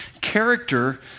Character